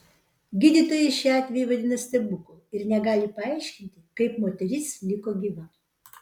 gydytojai šį atvejį vadina stebuklu ir negali paaiškinti kaip moteris liko gyva